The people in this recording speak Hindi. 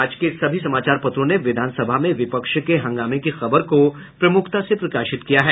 आज के सभी समाचार पत्रों ने विधान सभा में विपक्ष के हंगामे की खबर को प्रमुखता से प्रकाशित किया है